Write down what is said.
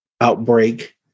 outbreak